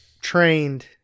trained